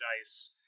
dice